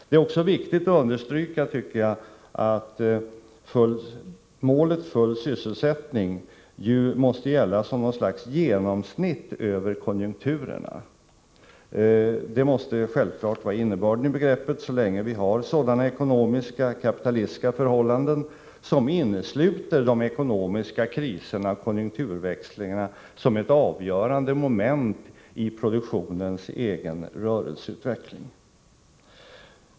Det är också viktigt att understryka att målet full sysselsättning måste gälla som något slags genomsnitt över konjunkturerna. Det måste självfallet vara ; 2 Å RA äR :: ER Den ekonomiska innebörden av begreppet, så länge vi har sådana ekonomiska — kapitalistiska oliiker på medel —- förhållanden som innesluter de ekonomiska kriserna och konjunkturväxnig sikt P lingarna som ett avgörande moment i produktionens egen rörelseutveckling.